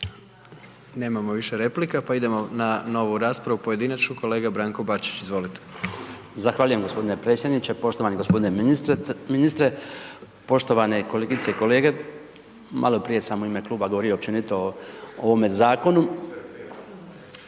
Nemamo više replika, pa idemo na novu raspravu, pojedinačnu, kolega Branko Bačić, izvolite. **Bačić, Branko (HDZ)** Zahvaljujem gospodine predsjedniče, poštovani gospodine ministre, poštovane kolegice i kolege, maloprije sam u ime Kluba govorio općenito o ovome zakonu